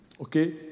okay